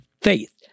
Faith